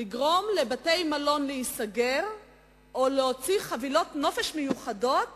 לגרום לבתי-מלון להיסגר או להוציא חבילות נופש מיוחדות